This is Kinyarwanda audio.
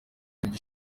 kintu